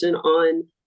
on